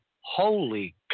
holy